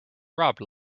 robbed